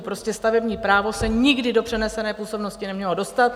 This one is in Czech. Prostě stavební právo se nikdy do přenesené působnosti nemělo dostat.